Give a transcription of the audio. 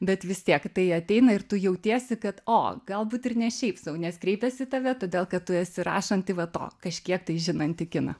bet vis tiek tai ateina ir tu jautiesi kad o galbūt ir ne šiaip sau nes kreipiasi į tave todėl kad tu esi rašanti va to kažkiek tai žinantį kiną